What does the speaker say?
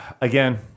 Again